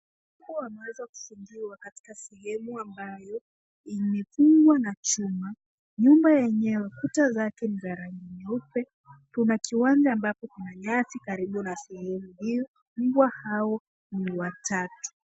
Mbwa wameweza kufungiwa katika sehemu ambayo imefungwa na chuma, nyumba yenyewe kuta zake ni za rangi nyeupe. Kuna kiwanja ambapo kuna nyasi karibu na sehemu hiyo, mbwa hao ni watatu.